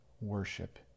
worship